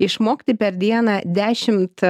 išmokti per dieną dešimt